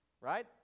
right